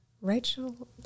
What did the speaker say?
rachel